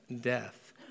death